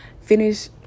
finish